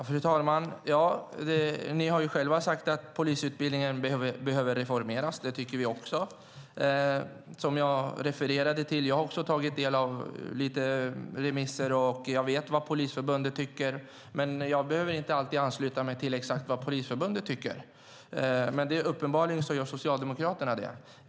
Fru talman! Ni har själva, Elin Lundgren, sagt att polisutbildningen behöver reformeras. Det tycker vi också. Även jag har tagit del av remisserna och vet vad Polisförbundet tycker, men jag behöver inte alltid ansluta mig till exakt vad Polisförbundet tycker. Uppenbarligen gör Socialdemokraterna det.